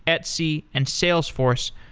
etsy, and salesforce,